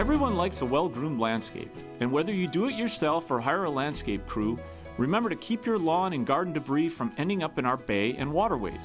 everyone likes a well groomed landscape and whether you do it yourself or hire a landscape crew remember to keep your lawn and garden debris from ending up in our bay and water